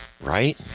Right